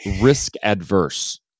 risk-adverse